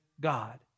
God